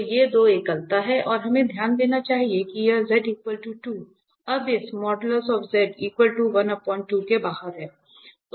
तो ये दो एकलता हैं और हमें ध्यान देना चाहिए कि यह z 2 अब इस के बाहर है